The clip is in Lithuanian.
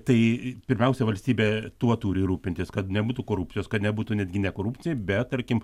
tai pirmiausia valstybė tuo turi rūpintis kad nebūtų korupcijos kad nebūtų netgi ne korupcija bet tarkim